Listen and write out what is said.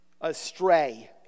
astray